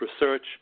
research